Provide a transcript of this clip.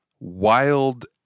Wild